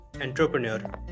entrepreneur